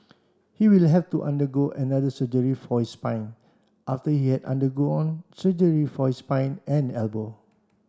he will have to undergo another surgery for his spine after he had undergone surgery for his spine and elbow